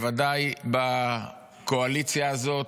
בוודאי בקואליציה הזו,